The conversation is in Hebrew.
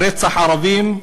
או רצח ערבים,